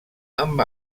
amb